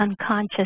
unconscious